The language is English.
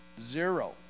Zero